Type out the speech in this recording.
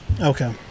Okay